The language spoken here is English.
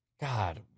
god